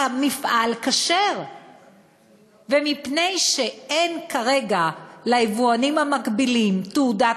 המפעל כשר ומפני שאין כרגע ליבואנים המקבילים תעודת